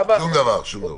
שום דבר.